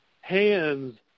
hands